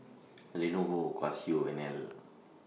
Lenovo Casio and Elle